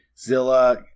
Zilla